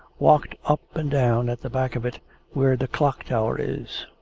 walked up and down at the back of it where the clock-tower is.